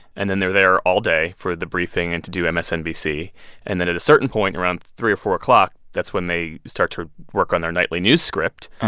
and then they're there all day for the briefing and to do msnbc. and then at a certain point, around three o'clock or four o'clock, that's when they start to work on their nightly news script.